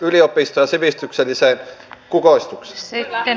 arvoisa puhemies